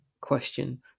question